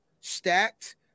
stacked